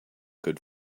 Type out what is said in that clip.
good